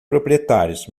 proprietários